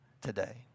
today